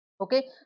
okay